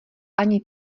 ani